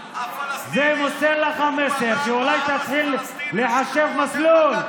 ומוסר לך מסר שאולי תתחילו לחשב מסלול.